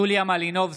מלינובסקי,